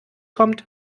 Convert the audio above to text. kommt